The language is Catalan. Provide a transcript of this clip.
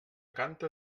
canta